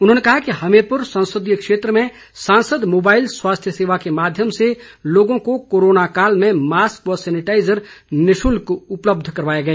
उन्होंने कहा कि हमीरपुर संसदीय क्षेत्र में सांसद मोबाईल स्वास्थ्य सेवा के माध्यम से लोगों को कोरोना काल में मास्क व सेनेटाईजर निशुल्क उपलब्ध करवाए गए